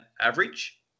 average